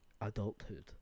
adulthood